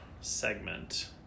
segment